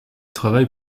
travaille